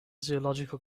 zoological